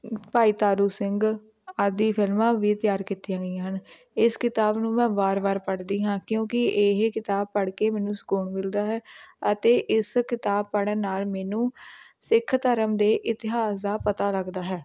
ਭਾਈ ਤਾਰੂ ਸਿੰਘ ਆਦਿ ਫਿਲਮਾਂ ਵੀ ਤਿਆਰ ਕੀਤੀਆਂ ਗਈਆਂ ਹਨ ਇਸ ਕਿਤਾਬ ਨੂੰ ਮੈਂ ਵਾਰ ਵਾਰ ਪੜ੍ਹਦੀ ਹਾਂ ਕਿਉਂਕਿ ਇਹ ਕਿਤਾਬ ਪੜ੍ਹ ਕੇ ਮੈਨੂੰ ਸਕੂਨ ਮਿਲਦਾ ਹੈ ਅਤੇ ਇਸ ਕਿਤਾਬ ਪੜ੍ਹਨ ਨਾਲ਼ ਮੈਨੂੰ ਸਿੱਖ ਧਰਮ ਦੇ ਇਤਿਹਾਸ ਦਾ ਪਤਾ ਲੱਗਦਾ ਹੈ